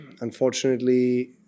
unfortunately